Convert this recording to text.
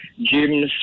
gyms